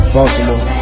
Baltimore